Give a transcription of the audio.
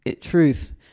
truth